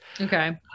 Okay